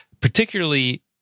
particularly